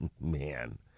man